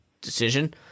decision